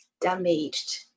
damaged